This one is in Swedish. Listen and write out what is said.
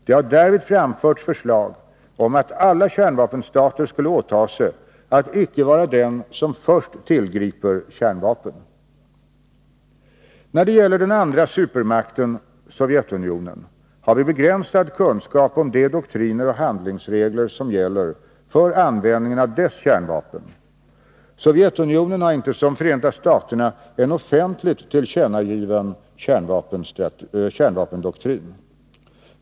Det har därvid framförts förslag om att alla kärnvapenstater skulle åta sig att icke vara den som först tillgriper kärnvapen. När det gäller den andra supermakten, Sovjetunionen, har vi begränsad kunskap om de doktriner och handlingsregler som gäller för användningen av dess kärnvapen. Sovjetunionen har inte som Förenta staterna en offentligt tillkännagiven kärnvapendoktrin.